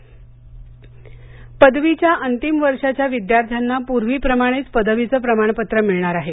पदवी पदवीच्या अंतिम वर्षाच्या विद्यार्थ्यांना पूर्वीप्रमाणेच पदवीचं प्रमाणपत्र मिळणार आहे